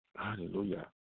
Hallelujah